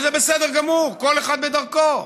וזה בסדר גמור, כל אחד בדרכו.